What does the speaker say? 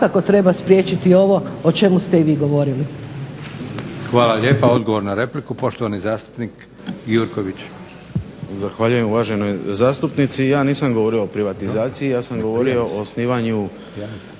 Hvala lijepa. Odgovor na repliku poštovani zastupnik Gjurković.